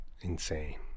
insane